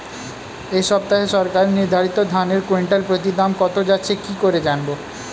এই সপ্তাহে সরকার নির্ধারিত ধানের কুইন্টাল প্রতি দাম কত যাচ্ছে কি করে জানবো?